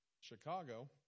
Chicago